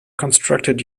constructed